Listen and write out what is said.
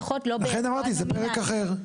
לכן אמרתי זה פרק אחר.